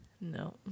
No